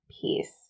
peace